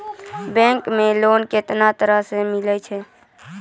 Bank मे loan कैतना तरह के मिलै छै?